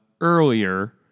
earlier